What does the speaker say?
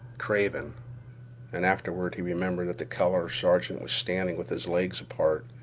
carven and afterward he remembered that the color sergeant was standing with his legs apart,